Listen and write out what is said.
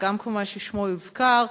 וגם ששמו יוזכר.